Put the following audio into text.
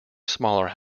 smaller